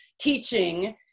teaching